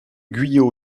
guyot